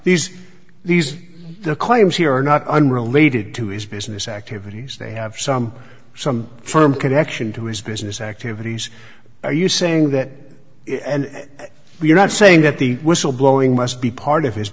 these these claims here are not unrelated to his business activities they have some some firm connection to his business activities are you saying that we're not saying that the whistle blowing must be part of his